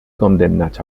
condemnats